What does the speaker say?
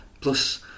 Plus